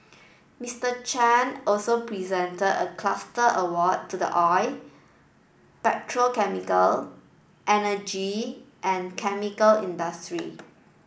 Mister Chan also presented a cluster award to the oil petrochemical energy and chemical industry